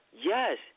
yes